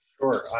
Sure